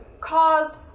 caused